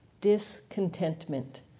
discontentment